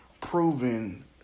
proven